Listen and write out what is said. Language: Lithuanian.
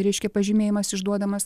reiškia pažymėjimas išduodamas